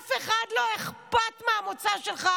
לאף אחד לא אכפת מהמוצא שלך.